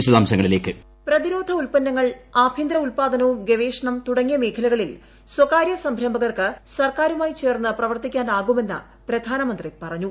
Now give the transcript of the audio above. വിശദാശങ്ങളിലേക്ക് voice പ്രതിരോധ ഉൽപ്പന്നങ്ങൾ ആഭ്യന്തര ഉല്പാദനവും ഗവേഷണം തുടങ്ങിയ മേഖലകളിൽ സ്വകാര്യ സംരംഭകർക്ക് സർക്കാരുമായി ചേർന്ന് പ്രവർത്തിക്കാനാകുമെന്ന് പ്രധാനമന്ത്രി പറഞ്ഞു